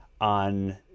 on